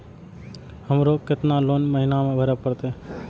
हमरो केतना लोन महीना में भरे परतें?